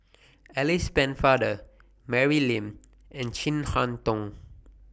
Alice Pennefather Mary Lim and Chin Harn Tong